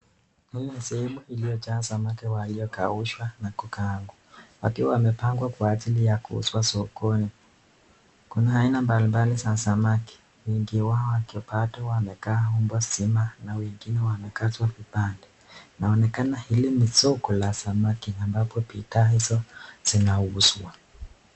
Hii ni sehemu iliyojaa samaki waliokaushwa na kukaangwa, wakiwa wamepangwa kwa ajili ya kuuzwa sokoni, kuna aina mbalimbali za samaki, wengi wao wakiwa wamekatwa umbo zima na wengine wamekatwa vipande. Inaonekana hili ni soko la samaki ambapo bidhaa hizo zinauzwa.